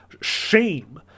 shame